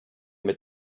mit